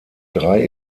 drei